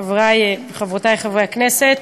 חברי וחברותי חברי הכנסת,